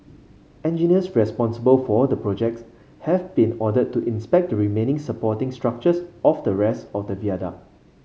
engineers responsible for the project have been ordered to inspect the remaining supporting structures of the rest of the viaduct